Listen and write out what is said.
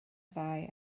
ddau